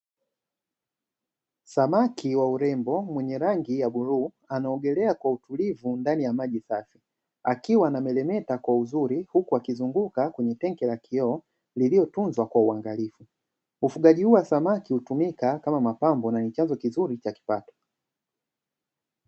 Samaki wa urembo mwenye rangi ya buluu anaogelea kwa utulivu ndani ya maji safi, kiwa anamelemeta kwa uzuri huku akizunguka kwenye tenki la kioo lililotunzwa kwa uangalifu, ufugaji huo wa samaki hutumika kama mapambo na ni chanzo kizuri cha kipato.